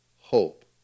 hope